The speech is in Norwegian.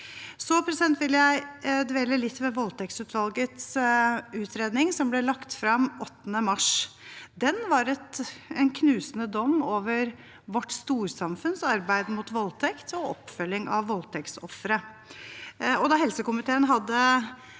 Jeg vil dvele litt ved voldtektsutvalgets utredning, som ble lagt frem 8. mars. Den var en knusende dom over vårt storsamfunns arbeid mot voldtekt og med oppfølging av voldtektsofre.